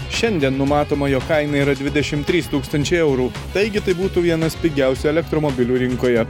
šiandien numatoma jo kaina yra dvidešim trys tūkstančiai eurų taigi tai būtų vienas pigiausių elektromobilių rinkoje